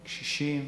קשישים,